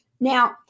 Now